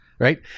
Right